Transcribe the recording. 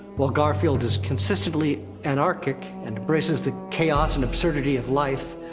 while garfield is consistently anarchic, and embraces the chaos and absurdity of life.